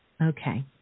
Okay